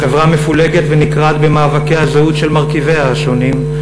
החברה מפולגת ונקרעת במאבקי הזהות של מרכיביה השונים,